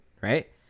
right